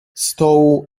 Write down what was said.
stołu